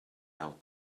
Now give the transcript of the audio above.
out